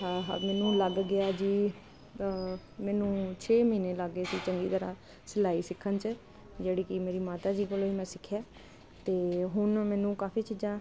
ਹਾ ਹਾ ਮੈਨੂੰ ਲੱਗ ਗਿਆ ਜੀ ਮੈਨੂੰ ਛੇ ਮਹੀਨੇ ਲੱਗ ਗਏ ਸੀ ਚੰਗੀ ਤਰ੍ਹਾਂ ਸਿਲਾਈ ਸਿੱਖਣ ਚ ਜਿਹੜੀ ਕਿ ਮੇਰੀ ਮਾਤਾ ਜੀ ਕੋਲੋ ਈ ਮੈਂ ਸਿੱਖਿਆ ਤੇ ਹੁਣ ਮੈਨੂੰ ਕਾਫੀ ਚੀਜ਼ਾਂ